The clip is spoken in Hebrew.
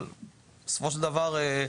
אבל בסופו של דבר,